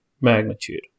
magnitude